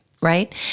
right